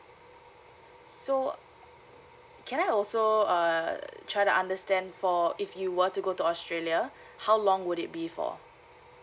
so can I also err try to understand for if you were to go to australia how long would it be for